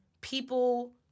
people